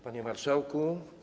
Panie Marszałku!